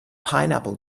pineapple